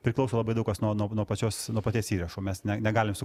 priklauso labai daug kas nuo nuo nuo pačios nuo paties įrašo mes ne negalim